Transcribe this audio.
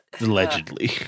allegedly